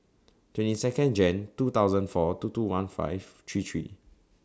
twenty Second Jan two thousand four two two one five three three